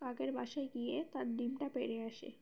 কাকের বাসায় গিয়ে তার ডিমটা পেড়ে আসে